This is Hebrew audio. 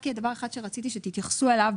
רק דבר אחד שרציתי שתתייחסו אליו.